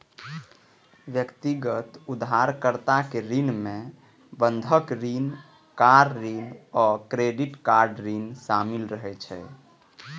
व्यक्तिगत उधारकर्ता के ऋण मे बंधक ऋण, कार ऋण आ क्रेडिट कार्ड ऋण शामिल रहै छै